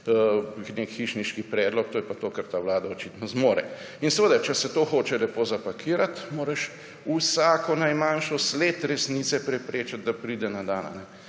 nek hišniški predlog. To je pa to, kar ta vlada očitno zmore. In če se to hoče lepo zapakirati, moraš vsako najmanjšo sled resnice preprečiti, da pride na dan.